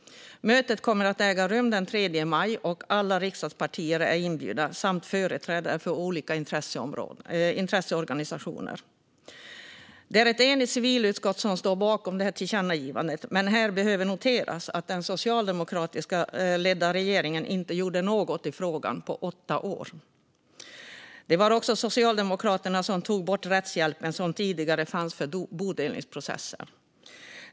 Mötet kommer att äga rum den 3 maj, och alla riksdagspartier samt företrädare för olika intresseorganisationer är inbjudna. Det är ett enigt civilutskott som står bakom detta tillkännagivande, men här behöver noteras att den socialdemokratiskt ledda regeringen inte gjorde något i frågan på åtta år. Det var också Socialdemokraterna som tog bort den rättshjälp som tidigare fanns för bodelningsprocesser.